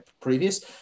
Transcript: previous